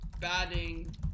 batting